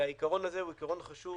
העיקרון הזה הוא חשוב